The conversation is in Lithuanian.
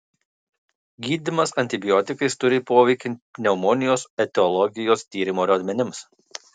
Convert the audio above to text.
gydymas antibiotikais turi poveikį pneumonijos etiologijos tyrimo rodmenims